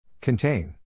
Contain